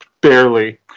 barely